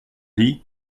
dit